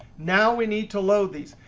now we need to load these.